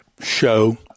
show